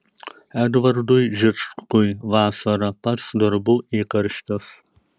edvardui žičkui vasara pats darbų įkarštis